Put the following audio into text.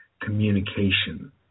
communication